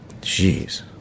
Jeez